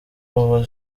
abo